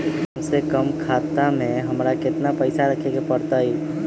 कम से कम खाता में हमरा कितना पैसा रखे के परतई?